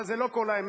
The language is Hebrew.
אבל זה לא כל האמת.